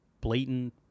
blatant